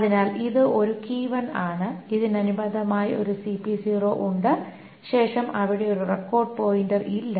അതിനാൽ ഇത് ഒരു ആണ് ഇതിന് അനുബന്ധമായി ഒരു ഉണ്ട് ശേഷം അവിടെ ഒരു റെക്കോർഡ് പോയിന്റർ ഇല്ല